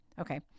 Okay